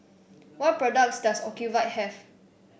what products does Ocuvite have